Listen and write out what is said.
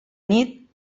nit